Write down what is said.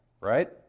right